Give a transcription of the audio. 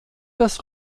das